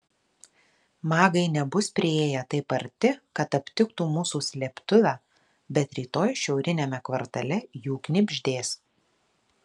magai nebus priėję taip arti kad aptiktų mūsų slėptuvę bet rytoj šiauriniame kvartale jų knibždės